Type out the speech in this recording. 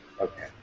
Okay